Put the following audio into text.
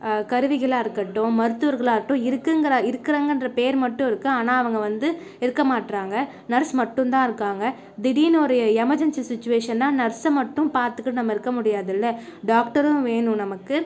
கருவிகளாக இருக்கட்டும் மருத்துவர்களாகட்டும் இருக்குங்கிற இருக்குறாங்க பேர் மட்டும் இருக்கு ஆனால் அவங்க வந்து இருக்கமாட்டுறாங்க நர்ஸ் மட்டும் தான் இருக்காங்க திடீர்ன்னு ஒரு எமர்ஜென்சி சுச்சுவேஷனாக நர்ஸை மட்டும் பார்த்துகிட்டு நம்ம இருக்க முடியாதுல்ல டாக்டரும் வேணும் நமக்கு